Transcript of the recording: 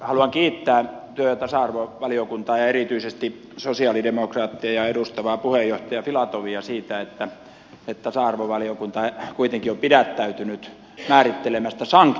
haluan kiittää työ ja tasa arvovaliokuntaa ja erityisesti sosialidemokraatteja edustavaa puheenjohtaja filatovia siitä että tasa arvovaliokunta on kuitenkin pidättäytynyt määrittelemästä sanktioita tälle